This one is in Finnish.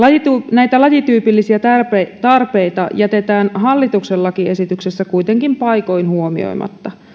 näitä lajityypillisiä tarpeita tarpeita jätetään hallituksen lakiesityksessä kuitenkin paikoin huomioimatta